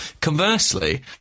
Conversely